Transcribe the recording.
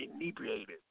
inebriated